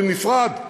במפרט.